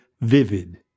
Vivid